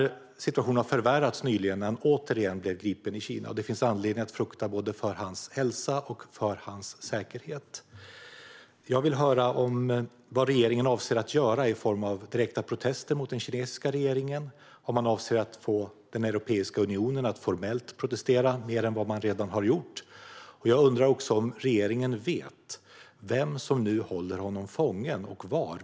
Situationen har nyligen förvärrats, när han återigen blev gripen i Kina. Det finns anledning att frukta både för hans hälsa och för hans säkerhet. Jag vill höra vad regeringen avser att göra i form av direkta protester mot den kinesiska regeringen och om man avser att få Europeiska unionen att formellt protestera mer än man redan har gjort. Jag undrar också om regeringen vet vem som nu håller honom fången och var.